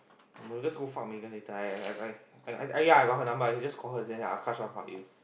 no just go fuck Megan later I I I yeah I got her number I just call her and just say Akash want to fuck you